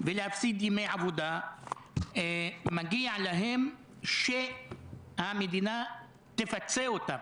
ולהפסיד ימי עבודה, מגיע להם שהמדינה תפצה אותם,